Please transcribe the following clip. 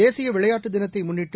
தேசிய விளையாட்டு தினத்தை முன்னிட்டு